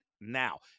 now